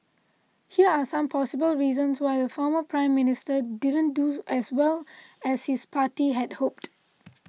here are some possible reasons why the former Prime Minister didn't do as well as his party had hoped